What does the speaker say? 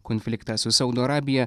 konfliktą su saudo arabija